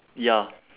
ya